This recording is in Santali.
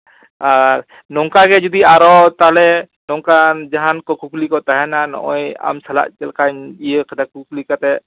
ᱟᱨ ᱱᱚᱝᱠᱟ ᱜᱮ ᱡᱩᱫᱤ ᱟᱨᱦᱚᱸ ᱛᱟᱦᱚᱞᱮ ᱱᱚᱝᱠᱟᱱ ᱡᱟᱦᱟᱱ ᱠᱚ ᱠᱩᱠᱞᱤ ᱠᱚ ᱛᱟᱦᱮᱸᱱᱟ ᱦᱚᱸᱜᱼᱚᱭ ᱟᱢ ᱥᱟᱞᱟᱜ ᱪᱮᱫᱞᱮᱠᱟᱧ ᱤᱭᱟᱹ ᱠᱟᱛᱮ ᱠᱩᱠᱞᱤ ᱠᱟᱛᱮ